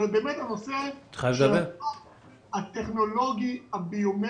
אבל באמת הנושא הטכנולוגי, הביומטרי,